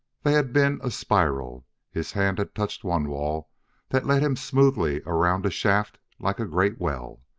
they had been a spiral his hand had touched one wall that led him smoothly around a shaft like a great well.